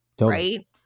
Right